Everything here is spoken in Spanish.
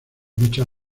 muchas